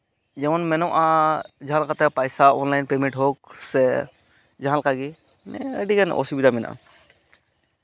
ᱡᱮᱢᱚᱱ ᱢᱮᱱᱚᱜᱼᱟ ᱡᱟᱦᱟᱸ ᱞᱮᱠᱟᱛᱮ ᱯᱚᱭᱥᱟ ᱚᱱᱞᱟᱭᱤᱱ ᱯᱮᱢᱮᱱᱴ ᱦᱳᱠ ᱥᱮ ᱡᱟᱦᱟᱸ ᱞᱮᱠᱟᱜᱮ ᱟᱹᱰᱤᱜᱟᱱ ᱚᱥᱩᱵᱤᱫᱷᱟ ᱢᱮᱱᱟᱜᱼᱟ